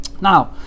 now